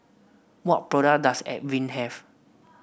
what product does Avene have